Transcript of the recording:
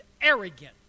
arrogant